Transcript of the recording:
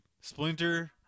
Splinter